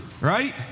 right